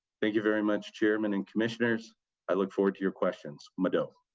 thank you very much, chairmen and commissioners i look forward to your questions, mado?